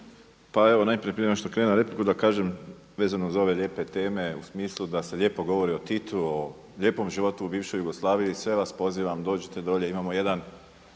Pa evo najprije prije nego što krenem na repliku da kažem vezano za ove lijepe teme u smislu da se lijepo govori o Titu, o lijepom životu u bivšoj Jugoslaviji. Sve vas pozivam dođite dolje, imamo jedan